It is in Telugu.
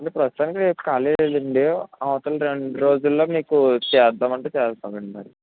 అంటే ప్రస్తుతానికి రేపు కాలీ లేదండీ అవతల రెండు రోజుల్లో మీకు చేద్దామంటే చేద్దామండి మరి